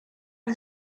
are